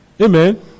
Amen